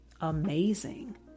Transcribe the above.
amazing